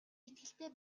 итгэлтэй